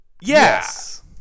Yes